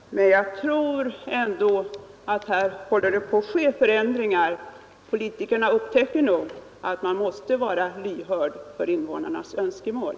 Men jag tror ändå att här håller det på att ske förändringar. Politikerna upptäcker nog att man måste vara lyhörd för invånarnas önskemål.